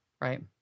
right